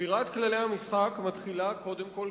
שבירת כללי המשחק מתחילה קודם כול,